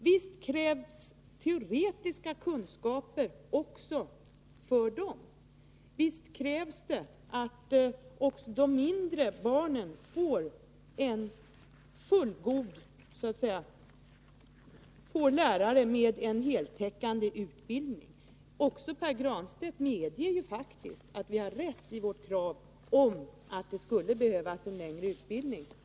Visst högskoleutbildning krävs det teoretiska kunskaper också för dem. Visst krävs det att de mindre mm.m. barnen får lärare med en heltäckande utbildning. Också Pär Granstedt medger ju faktiskt att vi har rätt i vårt krav att det skulle behövas en bättre utbildning.